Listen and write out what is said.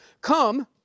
Come